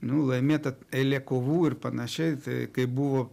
nu laimėta eilė kovų ir panašiai tai kai buvo